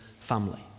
family